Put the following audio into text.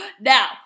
Now